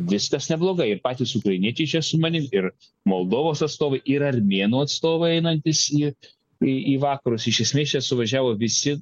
viskas neblogai ir patys ukrainiečiai čia su manim ir moldovos atstovai ir armėnų atstovai einantys į į į vakarus iš esmės čia suvažiavo visi